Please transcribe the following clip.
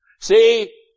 See